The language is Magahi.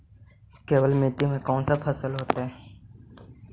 केवल मिट्टी में कौन से फसल होतै?